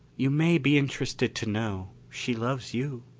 you may be interested to know, she loves you.